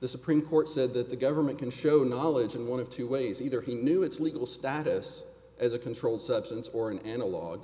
the supreme court said that the government can show knowledge in one of two ways either he knew its legal status as a controlled substance or an analog